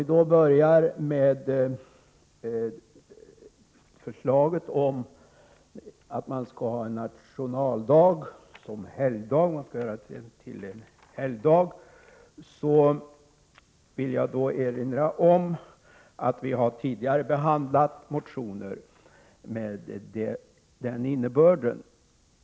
Jag börjar med förslaget om att nationaldagen skall vara helgdag och vill påminna om att vi tidigare har behandlat motioner med förslag av den innebörden.